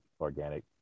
organic